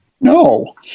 No